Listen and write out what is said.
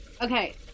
Okay